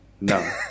No